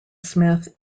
smith